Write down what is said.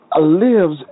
lives